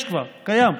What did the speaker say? יש כבר, קיים.